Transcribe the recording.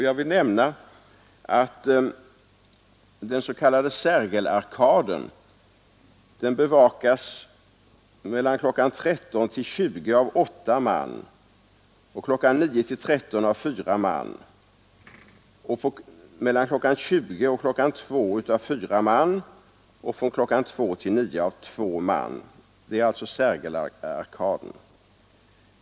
Jag vill nämna att den s.k. Sergelarkaden bevakas klockan 9.00—13.00 av fyra man, klockan 13.00—20.00 av åtta man, klockan 20.00—02.00 av fyra man och klockan 02.00—-9.00 av två man.